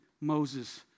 Moses